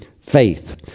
faith